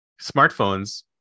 smartphones